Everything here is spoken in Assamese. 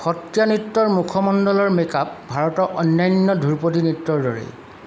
সত্ৰীয়া নৃত্যৰ মুখমণ্ডলৰ মেক আপ ভাৰতৰ অন্যান্য ধ্ৰুপদী নৃত্যৰ দৰেই